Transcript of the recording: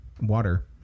water